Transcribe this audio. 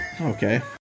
okay